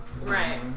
Right